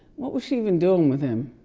what was she even doing with him?